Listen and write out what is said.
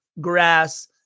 grass